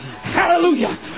Hallelujah